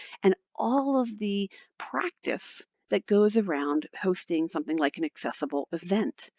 and all of the practice that goes around hosting something like an accessible event.